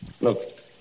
Look